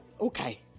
okay